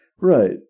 Right